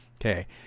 okay